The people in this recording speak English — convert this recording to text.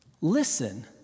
listen